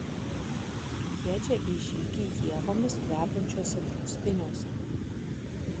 kviečia į žygį ievomis kvepiančiuose draustiniuose